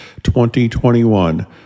2021